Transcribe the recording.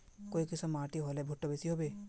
काई किसम माटी होले भुट्टा बेसी होबे?